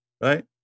right